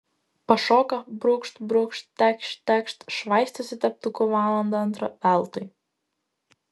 pašoka brūkšt brūkšt tekšt tekšt švaistosi teptuku valandą antrą veltui